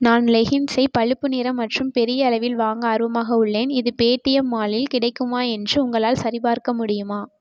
நான் லெகின்ஸ் ஐ பழுப்பு நிறம் மற்றும் பெரிய அளவில் வாங்க ஆர்வமாக உள்ளேன் இது பேடிஎம் மாலில் கிடைக்குமா என்று உங்களால் சரிபார்க்க முடியுமா